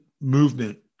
movement